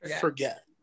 forget